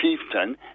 chieftain